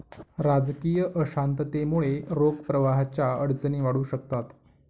राजकीय अशांततेमुळे रोख प्रवाहाच्या अडचणी वाढू शकतात